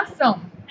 awesome